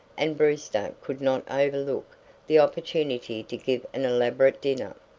and brewster could not overlook the opportunity to give an elaborate dinner.